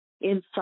inside